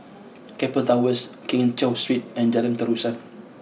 Keppel Towers Keng Cheow Street and Jalan Terusan